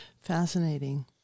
Fascinating